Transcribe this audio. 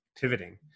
pivoting